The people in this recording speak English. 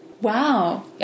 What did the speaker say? Wow